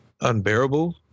unbearable